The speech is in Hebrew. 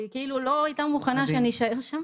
היא לא הייתה מוכנה שאני אשאר שם.